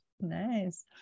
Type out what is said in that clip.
Nice